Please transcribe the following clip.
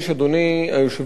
אדוני היושב-ראש,